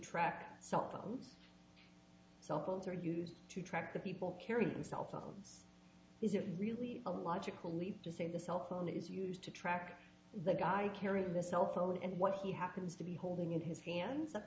track cell phones cell phones are used to track the people carrying cell phones is it really a logical leap to say the cell phone is used to track the guy carrying the cell phone and what he happens to be holding in his hands